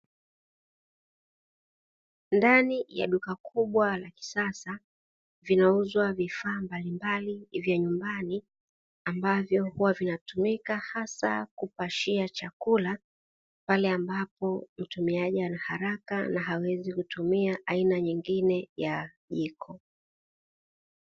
Ndani ya duka kubwa la kisasa vinauzwa vifaa mbalimbali vya nyumbani ambavyo huwa vinatumika hasa kupashia chakula, pale ambapo mtumiaji ana haraka na hawezi kutumia aina nyingine ya jiko.